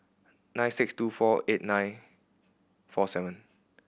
nine six two four nine eight four seven